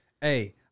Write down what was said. Hey